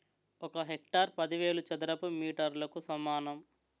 ఒక హెక్టారు పదివేల చదరపు మీటర్లకు సమానం